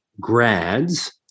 grads